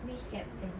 which captain